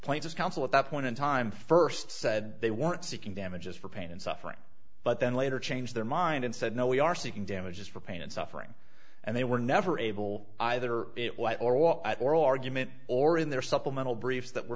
plaintiff counsel at that point in time first said they weren't seeking damages for pain and suffering but then later changed their mind and said no we are seeking damages for pain and suffering and they were never able i their it why all oral argument or in their supplemental briefs that were